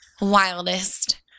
wildest